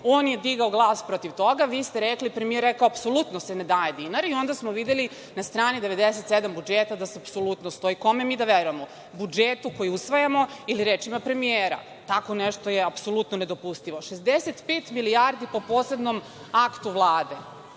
on je digao glas protiv toga, vi ste rekli, premijer je rekao apsolutno se ne daje dinar i onda smo videli na stani 97. budžeta da apsolutno stoji. Kome mi da verujemo, budžetu koji usvajamo ili rečima premijera? Tako nešto je apsolutno nedopustivo. Šezdeset pet milijardi, po posebnom aktu Vlade,